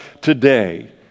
today